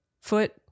Foot